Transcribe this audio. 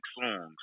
songs